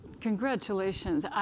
Congratulations